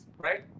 right